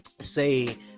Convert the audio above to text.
say